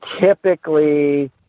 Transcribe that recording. typically